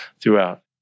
throughout